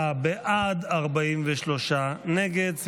59 בעד, 43 נגד.